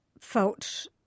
felt